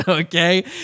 okay